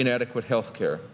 inadequate health care